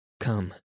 Come